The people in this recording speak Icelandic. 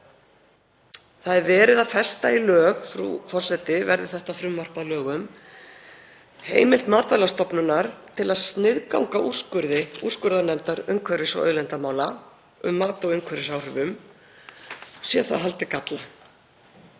Það er verið að festa í lög, verði þetta frumvarp að lögum, heimild Matvælastofnunar til að sniðganga úrskurði úrskurðarnefndar umhverfis- og auðlindamála um mat á umhverfisáhrifum, sé það haldið galla.